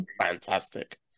fantastic